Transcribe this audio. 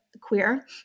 queer